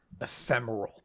Ephemeral